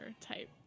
type